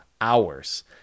hours